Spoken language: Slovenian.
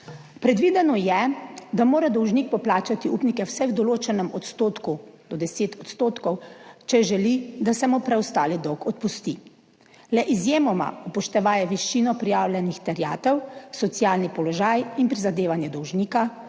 Predvideno je, da mora dolžnik poplačati upnike vsaj v določenem odstotku, do 10 %, če želi, da se mu preostali dolg odpusti. Le izjemoma, upoštevaje višino prijavljenih terjatev, socialni položaj in prizadevanje dolžnika,